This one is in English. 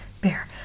bear